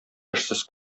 эшсез